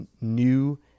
new